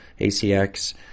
ACX